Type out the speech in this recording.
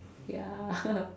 ya